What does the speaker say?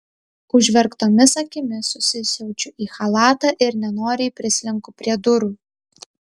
užverktomis akimis susisiaučiu į chalatą ir nenoriai prislenku prie durų